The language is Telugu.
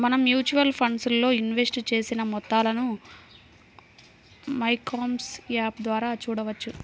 మనం మ్యూచువల్ ఫండ్స్ లో ఇన్వెస్ట్ చేసిన మొత్తాలను మైక్యామ్స్ యాప్ ద్వారా చూడవచ్చు